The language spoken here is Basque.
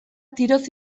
tiroz